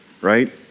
right